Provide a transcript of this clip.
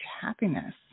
happiness